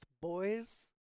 boys